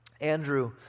Andrew